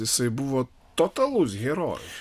jisai buvo totalus herojus